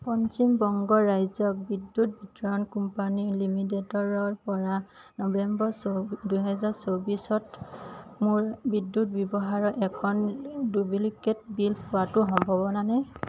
পশ্চিম বংগ ৰাজ্যক বিদ্যুৎ বিতৰণ কোম্পানী লিমিটেডৰ পৰা নৱেম্বৰ চৌ দুই হেজাৰ চৌব্বিছত মোৰ বিদ্যুৎ ব্যৱহাৰৰ এখন ডুপ্লিকেট বিল পোৱাটো সম্ভৱনে